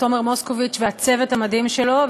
תומר מוסקוביץ והצוות המדהים שלו,